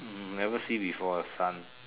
hmm never see before a sun